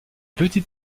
petite